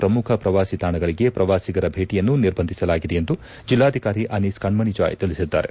ಪ್ರಮುಖ ಪ್ರವಾಸಿ ತಾಣಗಳಿಗೆ ಪ್ರವಾಸಿಗರ ಭೇಟಿಯನ್ನು ನಿರ್ಬಂಧಿಸಲಾಗಿದೆ ಎಂದು ಜಿಲ್ಲಾಧಿಕಾರಿ ಅನೀಸ್ ಕಣ್ಣಣಿ ಜಾಯ್ ತಿಳಿಸಿದ್ದಾರೆ